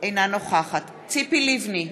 אינה נוכחת ציפי לבני,